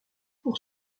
pour